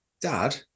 dad